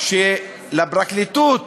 שלפרקליטות